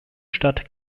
stadt